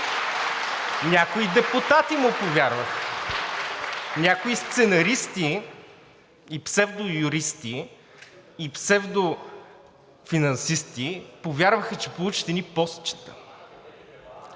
някои депутати му повярваха, някои сценаристи и псевдоюристи, и псевдофинансисти повярваха, че ще получат едни постчета.